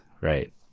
right